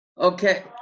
Okay